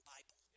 Bible